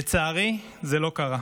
לצערי זה לא קרה.